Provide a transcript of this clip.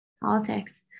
politics